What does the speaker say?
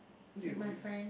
who did you go with